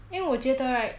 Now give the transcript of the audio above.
因为我觉得 right